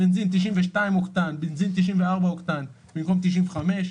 92 אוקטן, 94 אוקטן, במקום 95,